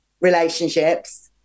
relationships